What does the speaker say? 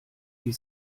die